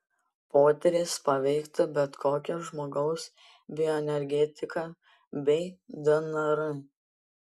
potyris paveiktų bet kokio žmogaus bioenergetiką bei dnr